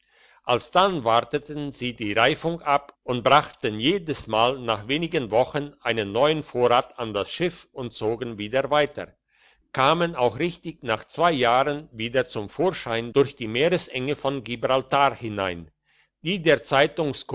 alsdann warteten sie die reifung ab und brachten jedes mal nach wenigen wochen einen neuen vorrat in das schiff und zogen wieder weiter kamen auch richtig nach zwei jahren wieder zum vorschein durch die meerenge von gibraltar hinein die der